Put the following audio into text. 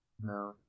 No